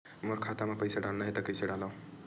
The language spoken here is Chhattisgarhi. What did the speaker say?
मोर खाता म पईसा डालना हे त कइसे डालव?